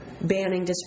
banning